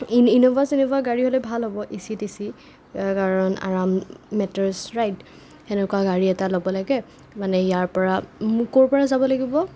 Innova চিন'ভা গাড়ী হ'লে ভাল হ'ব এচি তেচি আৰাম মেটাৰ্চ ৰাইট সেনেকুৱা গাড়ী এটা ল'ব লাগে মানে ইয়াৰ পৰা ক'ৰ পৰা যাব লাগিব